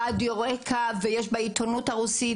רק"ע ובעיתונות הרוסית,